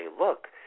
look